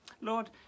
Lord